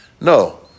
No